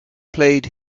played